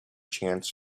chance